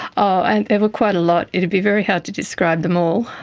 ah and there were quite a lot. it would be very hard to describe them all.